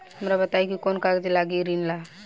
हमरा बताई कि कौन कागज लागी ऋण ला?